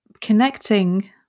connecting